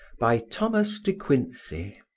by thomas de quincey